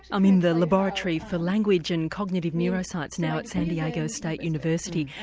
i'm in the laboratory for language and cognitive neuroscience now at san diego state university,